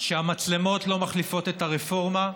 שהמצלמות לא מחליפות את הרפורמה,